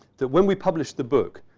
that when we published the book,